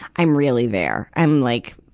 i'm really there. i'm like,